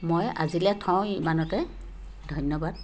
মই আজিলৈ থওঁ ইমানতে ধন্যবাদ